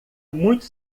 muito